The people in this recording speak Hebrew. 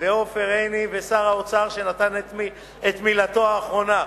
עופר עיני ושר האוצר, שנתן את מילתו האחרונה.